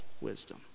wisdom